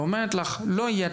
ואומרת לך לא יהיה.